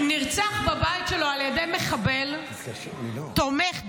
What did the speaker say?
-- נרצח בבית שלו על ידי מחבל תומך דאעש,